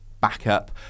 backup